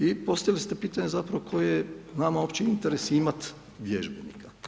I postavili ste pitanje zapravo koji je nama uopće interes imati vježbenika.